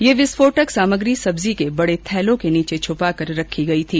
ये विस्फोटक सामग्री सब्जी के बडे थेलों के नीचे छपाकर रखी गई थी